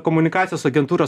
komunikacijos agentūros